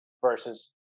versus